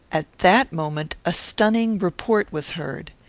at that moment a stunning report was heard.